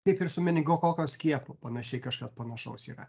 kaip ir su meningokoko skiepu panašiai kažkas panašaus yra